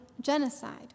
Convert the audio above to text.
genocide